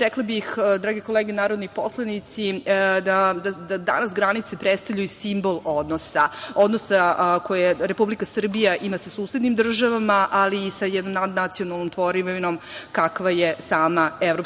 rekla bih, drage kolege narodni poslanici, da danas granice predstavljaju simbol odnosa, odnosa koji Republika Srbija ima sa susednim državama, ali i sa nacionalnom tvorevinom kakva je sama EU.